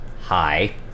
Hi